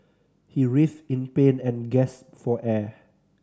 he writhed in pain and gasped for air